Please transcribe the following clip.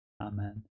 Amen